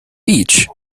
beach